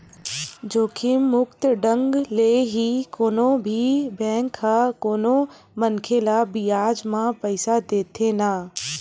जोखिम मुक्त ढंग ले ही कोनो भी बेंक ह कोनो मनखे ल बियाज म पइसा देथे न